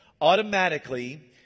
Automatically